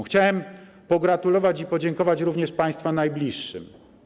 Chciałem pogratulować i podziękować również Państwa najbliższym.